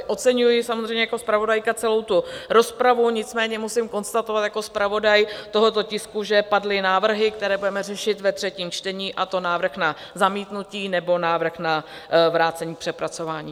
Oceňuji samozřejmě jako zpravodajka celou tu rozpravu, nicméně musím konstatovat jako zpravodaj tohoto tisku, že padly návrhy, které budeme řešit ve třetím čtení, a to návrh na zamítnutí nebo návrh na vrácení k přepracování.